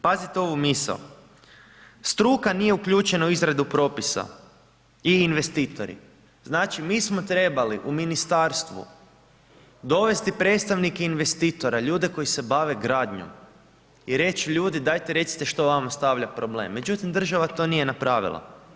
Pazite ovu misao, struka nije uključena u izradu propisa i investitori, znači mi smo trebali u ministarstvu dovesti predstavnike investitora ljude koji se bave gradnjom i reći ljudi, dajte recite što vama predstavlja problem, međutim, država to nije napravila.